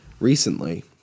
recently